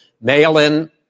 mail-in